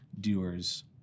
doers